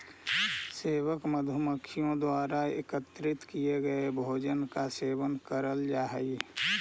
सेवक मधुमक्खियों द्वारा एकत्रित किए गए भोजन का सेवन करल जा हई